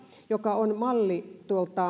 joka on malli